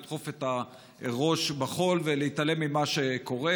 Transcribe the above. לדחוף את הראש בחול ולהתעלם ממה שקורה,